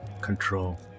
Control